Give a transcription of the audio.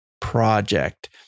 project